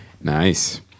Nice